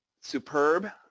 superb